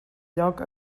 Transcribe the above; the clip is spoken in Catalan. lloc